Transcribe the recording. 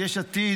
יש עתיד,